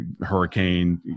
hurricane